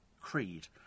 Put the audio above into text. Creed